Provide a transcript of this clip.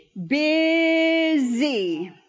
Busy